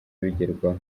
bigerwaho